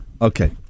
Okay